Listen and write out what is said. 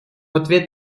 ответ